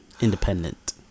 independent